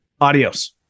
adios